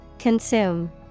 Consume